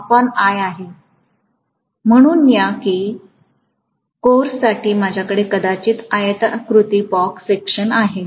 समजू या की या कोरसाठी माझ्याकडे कदाचित आयताकृती क्रॉस सेक्शन आहे